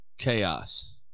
Chaos